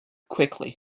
quickly